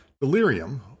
Delirium